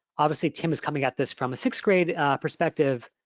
obviously, tim is coming at this from a sixth grade perspective,